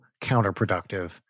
counterproductive